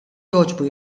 jogħġbu